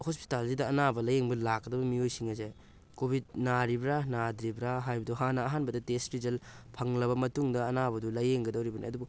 ꯍꯣꯁ꯭ꯄꯣꯇꯥꯜꯁꯤꯗ ꯑꯅꯥꯕ ꯂꯥꯏꯌꯦꯡꯕ ꯂꯥꯛꯀꯗꯕ ꯃꯤꯑꯣꯏꯁꯤꯡ ꯑꯁꯦ ꯀꯣꯚꯤꯗ ꯅꯥꯔꯤꯕ꯭ꯔꯥ ꯅꯥꯗ꯭ꯔꯤꯕ꯭ꯔꯥ ꯍꯥꯏꯕꯗꯣ ꯍꯥꯟꯅ ꯑꯍꯝꯕꯗ ꯇꯦꯁ ꯔꯤꯖꯜ ꯐꯪꯂꯕ ꯃꯇꯨꯡꯗ ꯑꯅꯥꯕꯗꯨ ꯂꯥꯐꯌꯦꯡꯒꯗꯧꯔꯤꯕꯅꯤ ꯑꯗꯨꯕꯨ